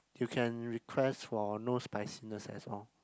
you can request for no spiciness as all